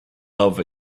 love